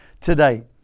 today